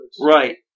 Right